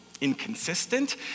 Inconsistent